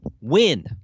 Win